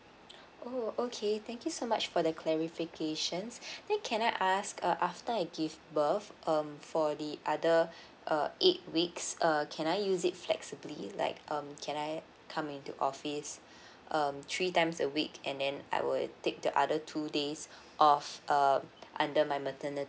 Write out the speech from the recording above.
oh okay thank you so much for the clarifications then can I ask uh after I give birth um for the other uh eight weeks err can I use it flexibly like um can I come into office um three times a week and then I would take the other two days off uh under my maternity